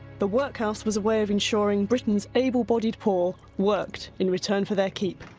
the workhouse was a way of ensuring britain's able-bodied poor worked in return for their keep.